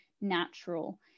natural